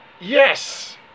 Yes